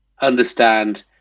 understand